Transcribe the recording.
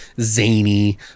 zany